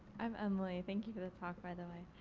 i'm emily. thank you for the talk, by the way.